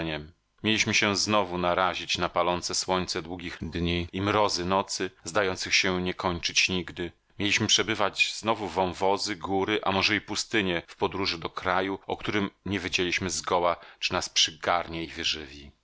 przypuszczeniem mieliśmy się znowu narazić na palące słońce długich dni i mrozy nocy zdających się nie kończyć nigdy mieliśmy przebywać znowu wąwozy góry a może i pustynie w podróży do kraju o którym nie wiedzieliśmy zgoła czy nas przygarnie